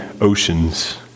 oceans